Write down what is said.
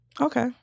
Okay